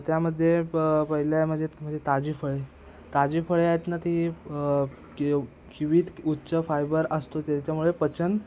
त्यामध्ये प पहिले आहे म्हणजे म्हणजे ताजी फळे ताजी फळे आहेत ना ती कि किवीत उच्च फायबर असतो त्याच्यामुळे पचन